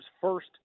first